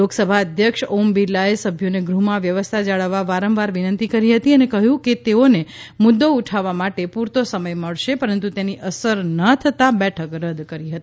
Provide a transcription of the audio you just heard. લોકસભા અધ્યક્ષ ઓમ બિરલાએ સભ્યોને ગૃહમાં વ્યવસ્થા જાળવવા વારંવાર વિનંતી કરી હતી અને કહ્યું કે તેઓને મુદ્દો ઉઠાવવા માટે પૂરતો સમય મળશે પરંતુ તેની અસર ના થતાં બેઠક રદ કરી હતી